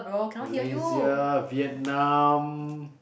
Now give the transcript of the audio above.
Malaysia Vietnam